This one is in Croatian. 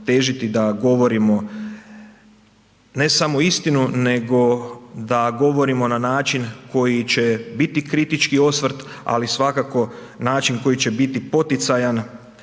težiti da govorimo, ne samo istinu, nego da govorimo na način koji će biti kritički osvrt, ali svakako način koji će biti poticajan